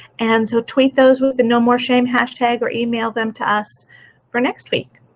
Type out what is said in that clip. and so tweet those with the nomoreshame hash tag or email them to us for next week.